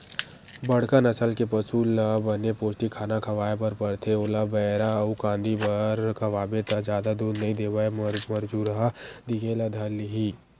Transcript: बड़का नसल के पसु ल बने पोस्टिक खाना खवाए बर परथे, ओला पैरा अउ कांदी भर खवाबे त जादा दूद नइ देवय मरझुरहा दिखे ल धर लिही